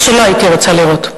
מה שלא הייתי רוצה לראות.